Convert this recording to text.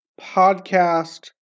Podcast